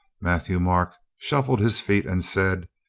matthieu-marc shuffled his feet and said,